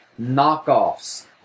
knockoffs